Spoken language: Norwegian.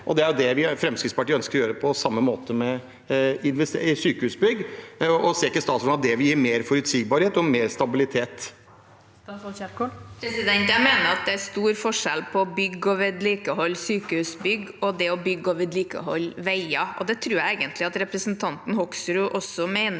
Det er det vi i Fremskrittspartiet ønsker å gjøre på samme måte med sykehusbygg. Ser ikke statsråden at det vil gi mer forutsigbarhet og mer stabilitet? Statsråd Ingvild Kjerkol Jeg mener at det er stor forskjell på å bygge og vedlikeholde sykehusbygg og det å bygge og vedlikeholde veier, og det tror jeg egentlig at representanten Hoksrud også mener